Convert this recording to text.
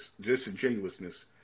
disingenuousness